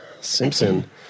Simpson